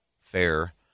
fair